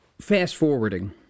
fast-forwarding